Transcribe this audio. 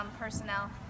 personnel